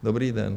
Dobrý den.